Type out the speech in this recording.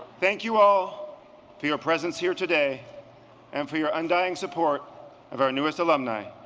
thank you all for your presence here today and for your undying support of our newest alumni.